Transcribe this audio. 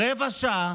רבע שעה